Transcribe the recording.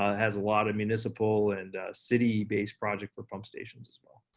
ah has lot of municipal and city based projects for pump stations as well.